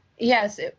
Yes